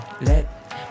Let